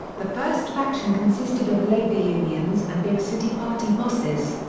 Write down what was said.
the first faction consisted of labor unions and big-city party bosses.